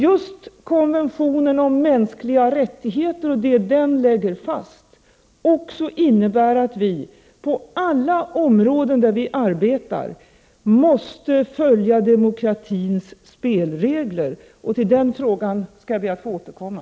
Just konventionen om de mänskliga rättigheterna och det som den lägger fast, Birger Schlaug, innebär ju också att vi på alla områden där vi arbetar måste följa demokratins spelregler. Till den frågan skall jag be att få återkomma.